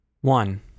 One